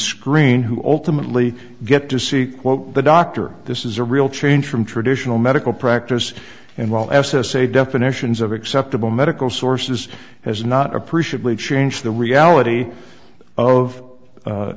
screen who ultimately get to see quote the doctor this is a real change from traditional medical practice and while s s a definitions of acceptable medical sources has not appreciably change the reality of